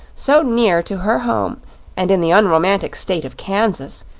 so near to her home and in the unromantic state of kansas,